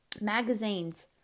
magazines